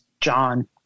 John